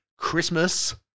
Christmas